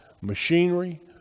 machinery